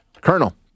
Colonel